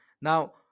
now